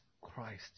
Christ